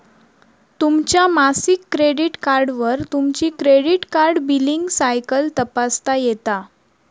तुमच्या मासिक क्रेडिट कार्डवर तुमची क्रेडिट कार्ड बिलींग सायकल तपासता येता